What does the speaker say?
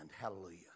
hallelujah